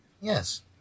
Yes